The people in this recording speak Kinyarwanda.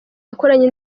yakoranye